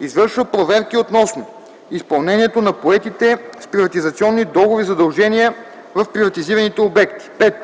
извършва проверки относно изпълнението на поетите с приватизационни договори задължения в приватизираните обекти; 5.